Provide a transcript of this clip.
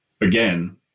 again